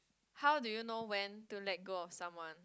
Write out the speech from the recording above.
how do you know when to let go of someone